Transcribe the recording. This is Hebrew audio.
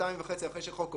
שנתיים וחצי אחרי שחוק עובר,